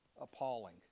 appalling